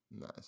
nice